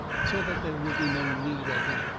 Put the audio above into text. so that there will be no need of me.